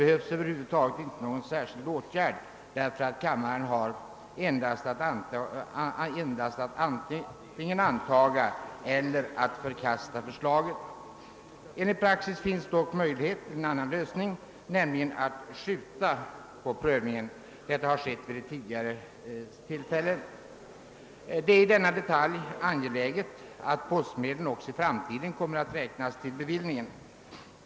Över huvud taget behövs det inte vidtagas någon särskild åtgärd; riksdagen har endast att antingen anta eller förkasta förslaget. Enligt praxis finns det dock möjlighet till en annan lösning, nämligen att uppskjuta prövningen. Så har gjorts vid ett tidigare tillfälle. Det är angeläget att postmedlen också i framtiden kommer att räknas in bland bevillningarna.